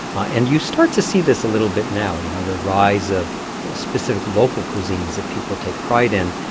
and you start to see this a little bit now, you know, the rise of specific local cuisines that people take pride in.